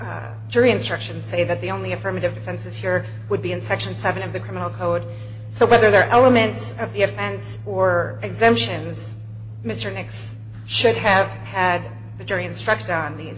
jury instructions say that the only affirmative defenses here would be in section seven of the criminal code so whether there are elements of the offense or exemptions mr nix should have had the jury instruction